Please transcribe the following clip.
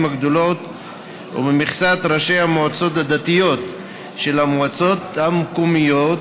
הגדולות וממכסת ראשי המועצות הדתיות של המועצות המקומיות